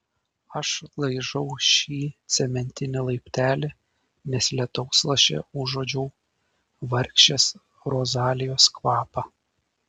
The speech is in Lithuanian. aš laižau šį cementinį laiptelį nes lietaus laše užuodžiau vargšės rozalijos kvapą